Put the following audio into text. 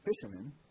fishermen